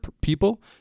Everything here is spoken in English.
people